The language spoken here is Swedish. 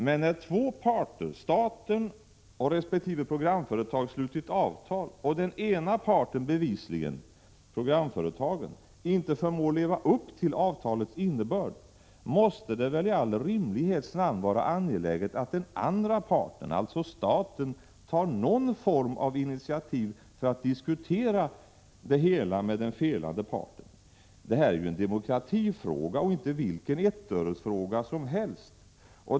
Men när två parter, staten och resp. programföretag, slutit avtal och den ena parten, programföretagen, bevisligen inte förmår leva upp till avtalets innebörd, måste det väl i all rimlighets namn vara angeläget att den andra parten, staten, tar någon form av initiativ för att diskutera det hela med den felande parten. Det här är en fråga om demokrati och inte vilken ettöresfråga som helst.